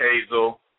hazel